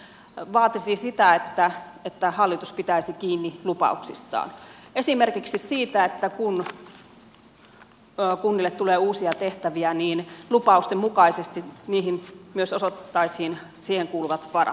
se tietysti vaatisi sitä että hallitus pitäisi kiinni lupauksistaan esimerkiksi siitä että kun kunnille tulee uusia tehtäviä niin lupausten mukaisesti niihin myös osoitettaisiin niihin kuuluvat varat